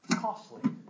costly